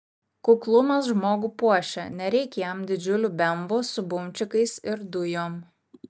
kuklumas žmogų puošia nereik jam didžiulių bemvų su bumčikais ir dujom